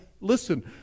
listen